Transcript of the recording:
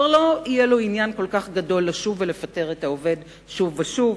כבר לא יהיה לו עניין כל כך גדול לשוב ולפטר את העובד שוב ושוב.